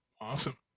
awesome